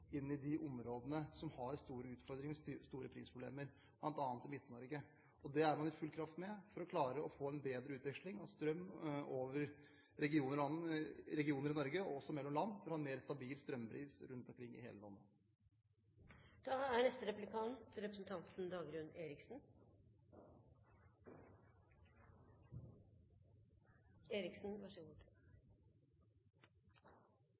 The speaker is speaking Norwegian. inn i de områdene som har store utfordringer og store prisproblemer, bl.a. Midt-Norge. Det er man i full gang med for å klare å få en bedre utveksling av strøm mellom regioner i Norge, men også mellom land, for å ha en mer stabil strømpris rundt omkring i hele landet. Jeg regner med at representanten